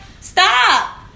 stop